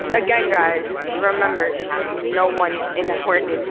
yeah again, guys, remember, she's no one important.